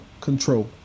control